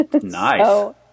Nice